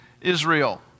Israel